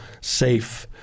safe